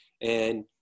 And-